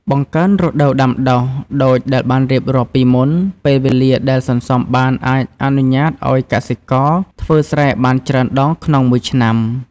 បង្កើនរដូវដាំដុះ: ដូចដែលបានរៀបរាប់ពីមុន ពេលវេលាដែលសន្សំបានអាចអនុញ្ញាតឱ្យកសិករធ្វើស្រែបានច្រើនដងក្នុងមួយឆ្នាំ។